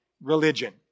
religion